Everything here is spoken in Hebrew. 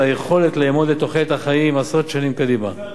לאמוד את תוחלת החיים עשרות שנים קדימה.